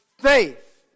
faith